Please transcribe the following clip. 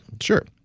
sure